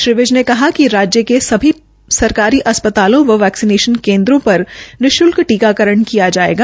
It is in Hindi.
श्री विज ने कहा कि राज्य के सभी सरकारी अस्पतालों व वैक्सीनेशन केन्द्रोर पर निःश्ल्क टीकाकरण किया जाएगा